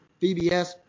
PBS